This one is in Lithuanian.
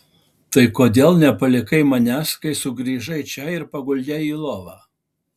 tai kodėl nepalikai manęs kai sugrįžai čia ir paguldei į lovą